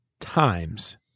times